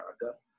America